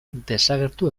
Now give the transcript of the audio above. desagertu